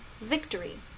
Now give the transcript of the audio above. Victory